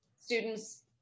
students